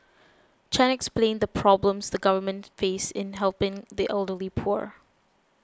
Chan explained the problems the government face in helping the elderly poor